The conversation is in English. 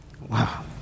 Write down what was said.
Wow